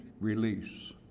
release